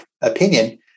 opinion